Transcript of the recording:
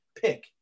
pick